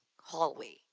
hallway